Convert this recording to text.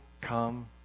come